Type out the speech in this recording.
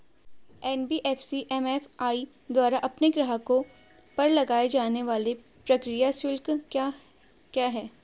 NBFC MFI द्वारा अपने ग्राहकों पर लगाए जाने वाले प्रक्रिया शुल्क क्या क्या हैं?